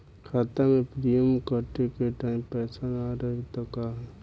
खाता मे प्रीमियम कटे के टाइम पैसा ना रही त का होई?